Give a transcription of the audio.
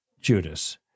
Judas